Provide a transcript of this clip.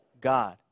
God